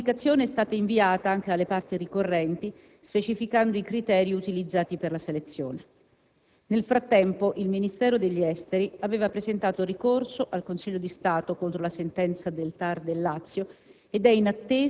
Tale comunicazione è stata inviata anche alle parti ricorrenti, specificando i criteri utilizzati per la selezione. Nel frattempo, il Ministero degli affari esteri aveva presentato ricorso al Consiglio di Stato contro la sentenza del TAR del Lazio